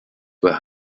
were